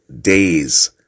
days